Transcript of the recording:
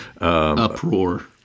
uproar